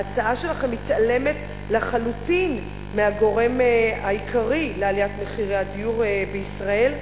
ההצעה שלכם מתעלמת לחלוטין מהגורם העיקרי לעליית מחירי הדיור בישראל,